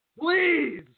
Please